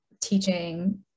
teaching